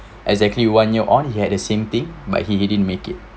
exactly one year on he had the same thing but he he didn't make it